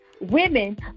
women